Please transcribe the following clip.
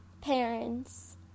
parents